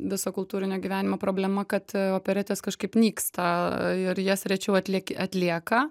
viso kultūrinio gyvenimo problema kad a operetės kažkaip nyksta ir jas rečiau atliek atlieka